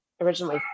originally